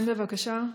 כן, בבקשה.